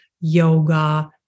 yoga